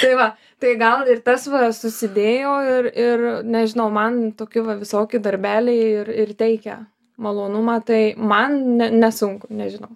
tai va tai gal ir tas va susidėjo ir ir nežinau man tokie va visokie darbeliai ir ir teikia malonumą tai man ne nesunku nežinau